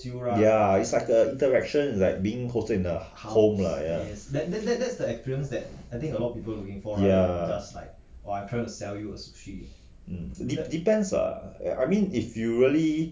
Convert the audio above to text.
ya it's like a interaction like being hosted in a home lah ya ya hmm it's depend lah I mean if you really